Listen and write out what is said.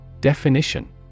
Definition